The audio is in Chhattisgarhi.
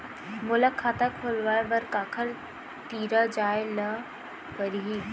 मोला खाता खोलवाय बर काखर तिरा जाय ल परही?